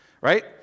right